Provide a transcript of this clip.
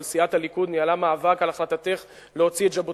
אבל אני זוכר שניהלנו מאבק,